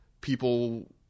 people